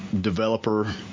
developer